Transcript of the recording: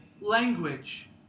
language